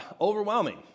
overwhelming